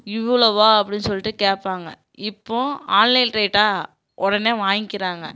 இவ்வளோவா அப்படின் சொல்லிட்டு கேட்பாங்க இப்போது ஆன்லைன் ரேட்டாக உடனே வாய்ங்கிறாங்க